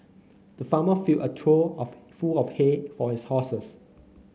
the farmer filled a trough of full of hay for his horses